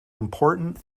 important